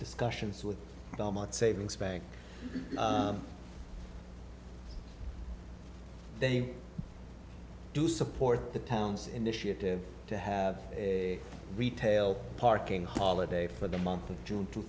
discussions with savings bank they do support the town's initiative to have a retail parking holiday for the month of june two